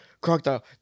Crocodile